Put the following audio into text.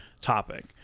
topic